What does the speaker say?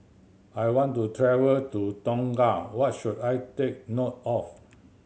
I want to travel to Tonga what should I take note of